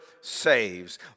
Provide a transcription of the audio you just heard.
saves